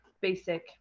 basic